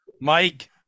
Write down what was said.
Mike